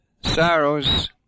sorrows